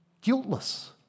guiltless